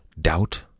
doubt